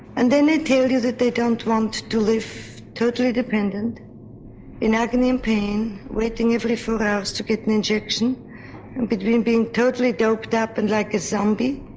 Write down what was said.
and then they tell you that they don't want to live totally dependent in agony and pain waiting every few hours to get an injection and being totally doped up and like a zombie,